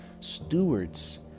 stewards